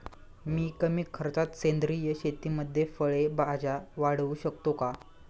मी कमी खर्चात सेंद्रिय शेतीमध्ये फळे भाज्या वाढवू शकतो का?